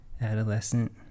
adolescent